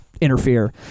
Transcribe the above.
interfere